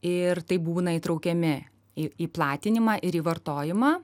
ir taip būna įtraukiami į platinimą ir į vartojimą